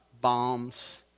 bombs